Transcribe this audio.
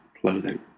clothing